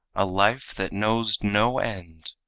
a life that knows no end,